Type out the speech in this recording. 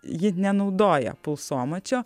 ji nenaudoja pulsomačio